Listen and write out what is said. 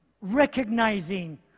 recognizing